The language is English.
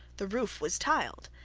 the roof was tiled,